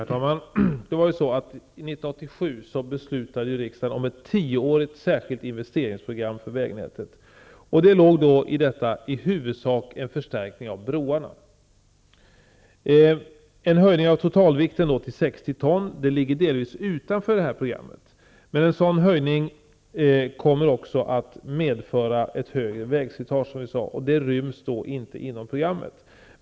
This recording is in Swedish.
Herr talman! 1987 beslutade riksdagen om ett tioårigt särskilt investeringsprogram för vägnätet. I detta låg då i huvudsak en förstärkning av broarna. En höjning av totalvikten till 60 ton ligger delvis utanför det programmet, men en sådan höjning kommer också att medföra ett högre vägslitage, som jag sade, och det ryms då inte inom programmet.